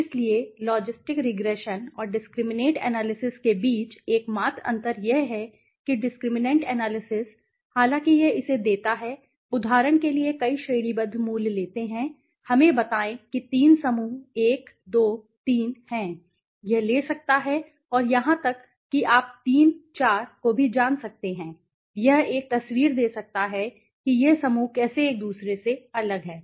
इसलिए रिग्रेशन और discriminant analysis के बीच एकमात्र अंतर यह है कि डिस्क्रिमिनैंट एनालिसिस हालांकि यह इसे देता है उदाहरण के लिए कई श्रेणीबद्ध मूल्य लेते हैं हमें बताएं कि 3 समूह 1 2 3 हैं यह ले सकता है और यहां तक कि आप 3 4 को भी जान सकते हैं यह एक तस्वीर दे सकता है कि यह समूह कैसे एक दूसरे से अलग हैं